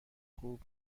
خوب